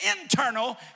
internal